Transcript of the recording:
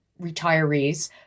retirees